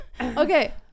Okay